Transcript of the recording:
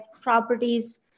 properties